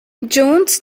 jones